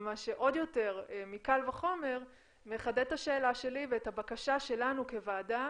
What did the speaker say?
מה שעוד יותר מקל וחומר מחדד את השאלה שלי ואת הבקשה שלנו כוועדה,